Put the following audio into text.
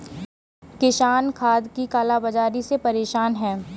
किसान खाद की काला बाज़ारी से परेशान है